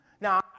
Now